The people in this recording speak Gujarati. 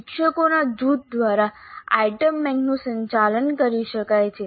શિક્ષકોના જૂથ દ્વારા આઇટમ બેંકનું સંચાલન કરી શકાય છે